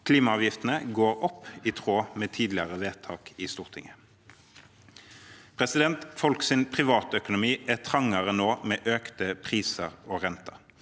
Klimaavgiftene går opp, i tråd med tidligere vedtak i Stortinget. Folks privatøkonomi er trangere nå med økte priser og renter.